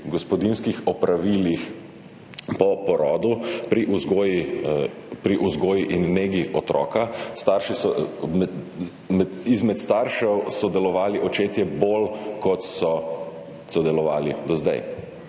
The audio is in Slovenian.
gospodinjskih opravilih po porodu, pri vzgoji in negi otroka izmed staršev očetje sodelovali bolj, kot so sodelovali do zdaj.